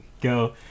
go